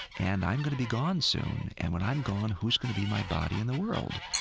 and i'm going to be gone soon. and when i'm gone who's going to be my body in the world?